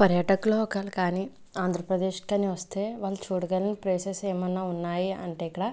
పర్యాటకులు ఒకేళ కాని ఆంధ్రప్రదేశ్ కాని వస్తే వాళ్ళు చూడగల్గిన ప్లేసెస్ ఏమన్నా ఉన్నాయి అంటే ఇక్కడ